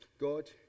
God